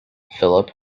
phillip